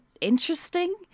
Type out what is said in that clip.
interesting